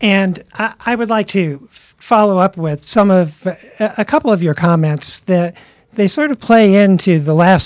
and i would like to follow up with some of a couple of your comments that they sort of play into the last